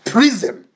Prison